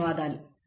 ధన్యవాదాలు